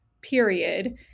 period